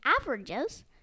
averages